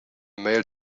male